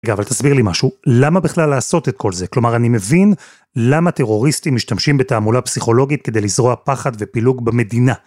רגע, אבל תסביר לי משהו, למה בכלל לעשות את כל זה? כלומר, אני מבין למה טרוריסטים משתמשים בתעמולה פסיכולוגית כדי לזרוע פחד ופילוג במדינה.